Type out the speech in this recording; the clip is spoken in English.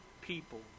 people